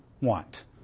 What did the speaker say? want